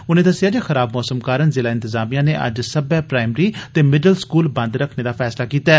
उनें दस्सेआ जे खराब मौसम कारण जिला इंतजामिया नै अज्ज सब्मै प्राईमरी ते मिडल स्कूल बंद रक्खने दा फैसला कीता ऐ